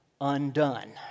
undone